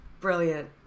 Brilliant